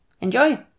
enjoy